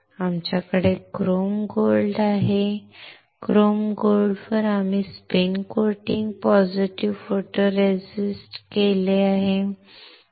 आमच्याकडे chrome gold आहे chrome गोल्डवर आम्ही spin coating positive photoresist positive photoresist आहे